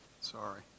Sorry